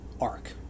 Arc